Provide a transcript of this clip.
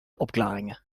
opklaringen